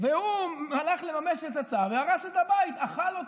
והוא הלך לממש את הצו והרס את הבית, אכל אותה.